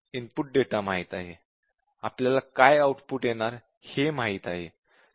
आपल्याला input data माहित आहे आपल्याला काय आउटपुट येणार ते माहित आहे